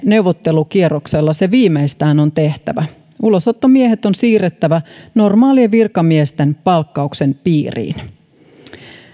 neuvottelukierroksella se viimeistään on tehtävä ulosottomiehet on siirrettävä normaalien virkamiesten palkkauksen piiriin